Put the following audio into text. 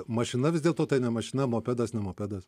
mašina vis dėlto tai ne mašina mopedas ne mopedas